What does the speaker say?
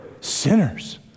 sinners